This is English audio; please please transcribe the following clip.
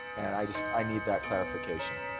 and i just i need that clarification.